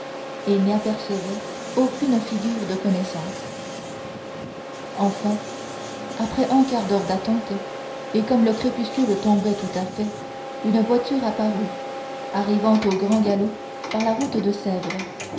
et n'y apercevait aucune figure de connaissance enfin après un quart d'heure d'attente et comme le crépuscule tombait tout à fait une voiture apparut arrivant au grand galop par la route de sèvres